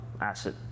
asset